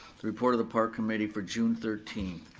the report of the park committee for june thirteenth.